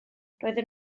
roeddwn